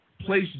Place